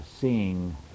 seeing